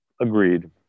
Agreed